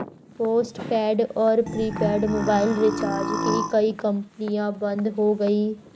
postpaid और prepaid mobile recharge की कई कंपनियां बंद हो गई